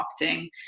marketing